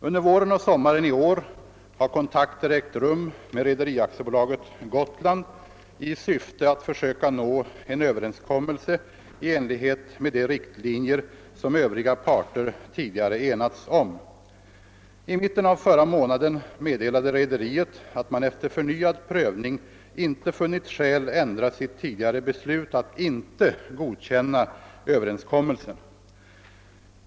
Under våren och sommaren i år har kontakter ägt rum med Rederi AB Gotland i syfte att försöka nå en överenskommelse i enlighet med de riktlinjer som Övriga parter tidigare enats om. I mitten av förra månaden meddelade rederiet att man efter förnyad prövning inte funnit skäl ändra sitt tidigare beslut att inte godkänna överenskommelsen.